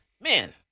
man